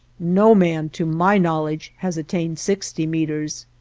no man to my knowledge has attained sixty meters.